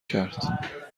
کرد